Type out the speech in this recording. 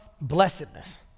blessedness